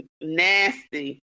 Nasty